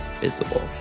visible